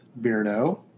Beardo